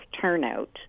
turnout